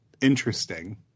interesting